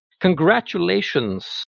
congratulations